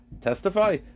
testify